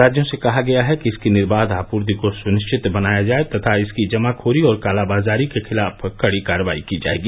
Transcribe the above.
राज्यों से कहा गया है कि इसकी निर्बाध आपूर्ति को सुनिश्चित बनाया जाये तथा इसकी जमाखोरी और कालाबाजारी के खिलाफ कडी कार्रवाई की जायेगी